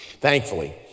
thankfully